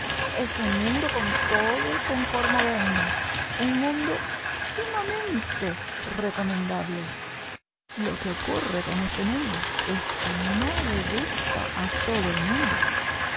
es un mundo con todo el confort moderno un mundo sumamente recomendable lo que ocurre con este mundo es que no le gusta a todo el mundo